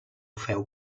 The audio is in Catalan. feu